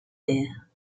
there